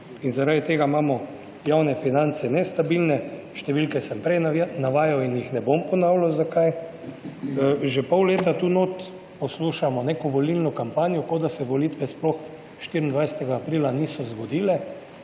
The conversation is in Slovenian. In zaradi tega imamo javne finance nestabilne, številke sem prej navajal in jih ne bom ponavljal zakaj. Že pol leta tu notri poslušamo neko volilno kampanjo, kot da se volitve sploh 24. aprila niso zgodile,